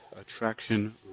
Attraction